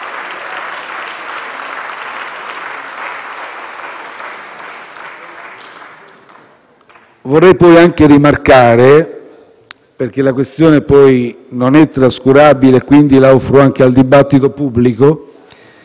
Vorrei poi anche rimarcare, perché la questione non è trascurabile e, quindi, la offro anche al dibattito pubblico,